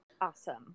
Awesome